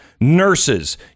Nurses